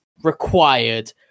required